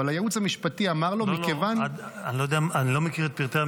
אני לא מכיר את פרט המקרה הזה.